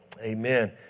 Amen